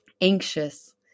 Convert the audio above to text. anxious